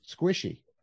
Squishy